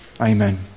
amen